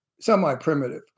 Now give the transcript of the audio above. semi-primitive